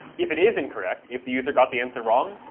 if it is incorrect, if the user got the answer wrong,